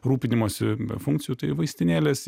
rūpinimosi be funkcijų tai vaistinėlės